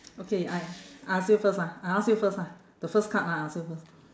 okay I I ask you first ah I ask you first ah the first card ah I ask you first